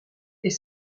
est